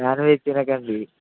non veg తినకండి